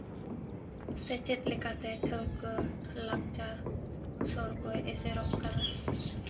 ᱥᱮᱪᱮᱫ ᱞᱮᱠᱟᱛᱮ ᱴᱷᱟᱹᱣᱠᱟᱹ ᱞᱟᱠᱪᱟᱨ ᱥᱚᱲᱠᱚ ᱮᱥᱮᱨᱮᱜ ᱠᱟᱱᱟ